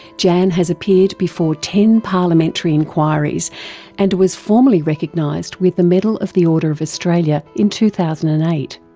janne has appeared before ten parliamentary inquiries and was formally recognised with the medal of the order of australia in two thousand and eight,